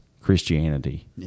Christianity